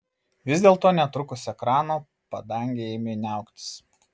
vis dėlto netrukus ekrano padangė ėmė niauktis